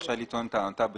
רשאי לטעון את טענותיו,